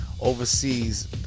overseas